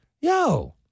yo